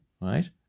right